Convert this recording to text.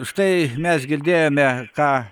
štai mes girdėjome ką